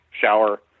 shower